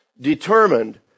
determined